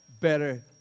better